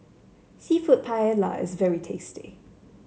seafood Paella is very tasty